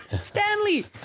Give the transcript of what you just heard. Stanley